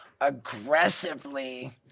aggressively